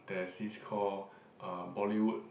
there's this call uh Bollywood